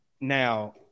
Now